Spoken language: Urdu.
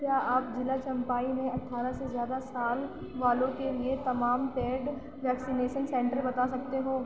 کیا آپ ضلع چمپائی میں اٹھارہ سے زیادہ سال والوں کے لیے تمام پیڈ ویکسینیشن سینٹر بتا سکتے ہو